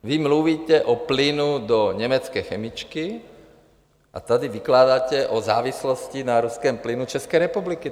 Vy mluvíte o plynu do německé chemičky a tady vykládáte o závislosti na ruském plynu České republiky.